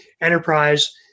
enterprise